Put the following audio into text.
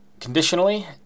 conditionally